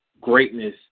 greatness